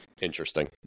interesting